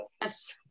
yes